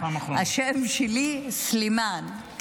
השם שלי הוא סלימאן.